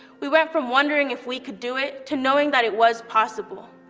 we went from wondering if we could do it to knowing that it was possible.